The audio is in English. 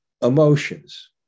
emotions